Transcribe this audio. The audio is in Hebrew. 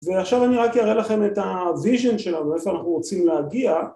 ועכשיו אני רק אראה לכם את הויז'ן שלנו ואיפה אנחנו רוצים להגיע